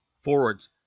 forwards